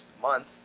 month